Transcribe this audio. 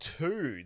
two